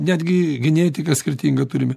netgi genetiką skirtingą turime